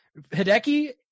Hideki